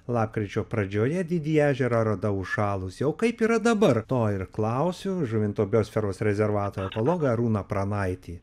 lapkričio pradžioje didįjį ežerą radau užšalusį o kaip yra dabar to ir klausiu žuvinto biosferos rezervato etnologą arūną pranaitį